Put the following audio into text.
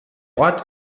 ort